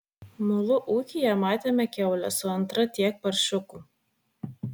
mulu ūkyje matėme kiaulę su antra tiek paršiukų